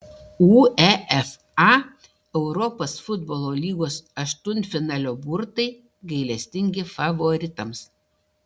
uefa europos futbolo lygos aštuntfinalio burtai gailestingi favoritams